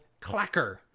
clacker